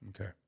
Okay